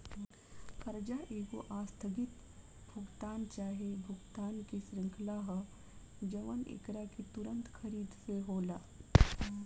कर्जा एगो आस्थगित भुगतान चाहे भुगतान के श्रृंखला ह जवन एकरा के तुंरत खरीद से होला